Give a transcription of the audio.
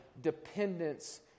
dependence